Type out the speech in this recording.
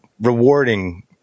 rewarding